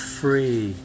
free